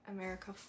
america